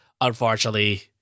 unfortunately